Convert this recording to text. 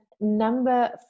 number